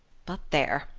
but there!